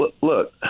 look